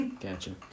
Gotcha